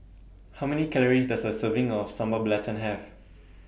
How Many Calories Does A Serving of Sambal Belacan Have